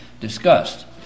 discussed